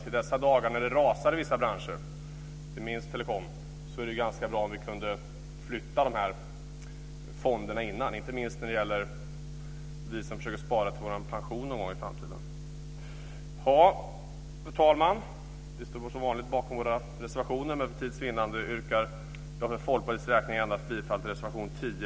I dessa dagar när kursen rasar i vissa branscher, inte minst inom telekom, vore det ganska bra om vi kunde byta fonder innan, inte minst för oss som försöker spara till vår pension en gång i framtiden. Fru talman! Vi står som vanligt bakom våra reservationer, men för tids vinnande yrkar jag för Folkpartiets räkning bifall endast till reservationerna 10